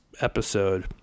episode